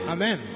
Amen